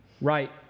Right